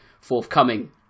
forthcoming